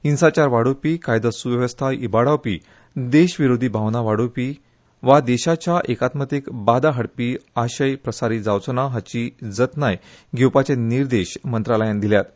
हिंसाचार वाडोवपी कायदो स्वेवस्था इबाडावपी देशविरोधी भावना वाडोवपी वा देशाच्या एकात्मकतेक बादा हाडपी आशय प्रसारित जावचो ना हाची जतनाय घेवपाचे निर्देश मंत्रालयान दिल्यात